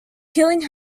killing